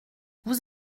vous